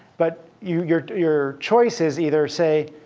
but your your choice is either say,